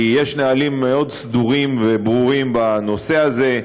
כי יש נהלים מאוד סדורים וברורים בנושא הזה.